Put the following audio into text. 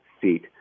seat